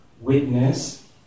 witness